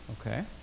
Okay